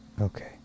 Okay